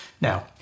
Now